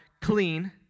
clean